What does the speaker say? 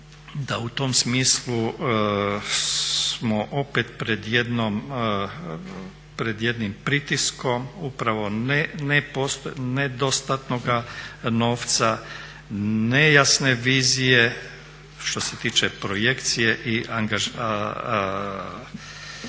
da u tom smislu smo opet pred jednim pritiskom upravo nedostatnoga novca, nejasne vizije što se tiče projekcije i angažmana